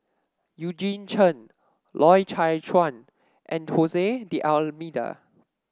Eugene Chen Loy Chye Chuan and Jose D'Almeida